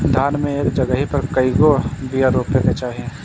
धान मे एक जगही पर कएगो बिया रोपे के चाही?